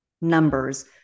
numbers